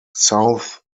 south